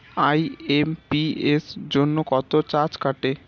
IMPS জন্য কত charge কাটে?